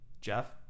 Jeff